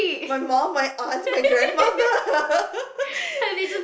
my mum my aunt my grandmother